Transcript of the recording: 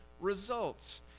results